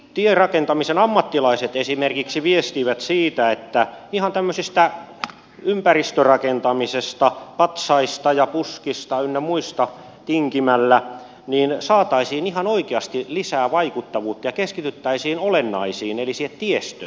tierakentamisen ammattilaiset esimerkiksi viestivät siitä että ihan tämmöisestä ympäristörakentamisesta patsaista ja puskista ynnä muista tinkimällä saataisiin ihan oikeasti lisää vaikuttavuutta ja keskityttäisiin olennaiseen eli siihen tiestöön